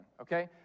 okay